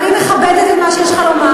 אני מכבדת את מה שיש לך לומר,